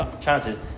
chances